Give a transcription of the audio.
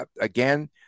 again